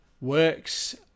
works